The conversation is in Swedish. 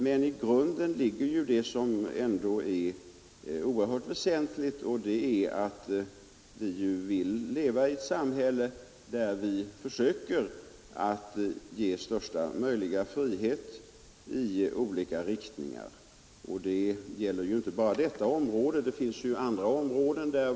Men i botten ligger det oerhört väsentliga att vi vill leva i ett samhälle där vi försöker att ge största möjliga frihet åt alla. Det gäller inte bara på det område som vi här diskuterar.